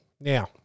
Now